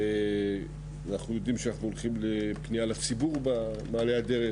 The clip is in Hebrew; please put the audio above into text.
ואנחנו יודעים שאנחנו הולכים לפנייה לציבור במעלה הדרך,